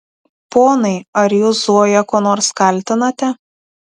ponai ar jūs zoją kuo nors kaltinate